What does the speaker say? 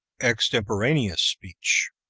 extemporaneous speech